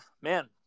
man